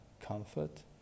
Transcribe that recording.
comfort